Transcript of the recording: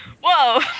Whoa